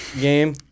game